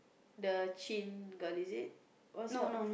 the chin girl is it what's her